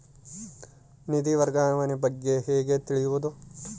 ನಿಧಿ ವರ್ಗಾವಣೆ ಬಗ್ಗೆ ಹೇಗೆ ತಿಳಿಯುವುದು?